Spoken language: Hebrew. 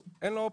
אין לו אפשרות.